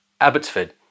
Abbotsford